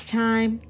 time